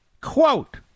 Quote